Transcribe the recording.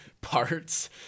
parts